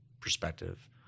perspective